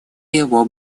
его